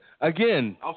again